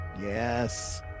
Yes